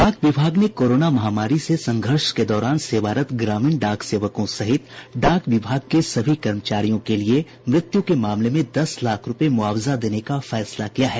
डाक विभाग ने कोरोना महामारी से संघर्ष के दौरान सेवारत ग्रामीण डाक सेवकों सहित डाक विभाग के सभी कर्मचारियों के लिए मृत्यु के मामले में दस लाख रूपये मुआवजा देने का फैसला किया है